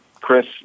Chris